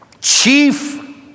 chief